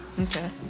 Okay